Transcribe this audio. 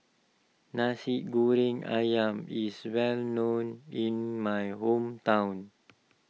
Nasi Goreng Ayam is well known in my hometown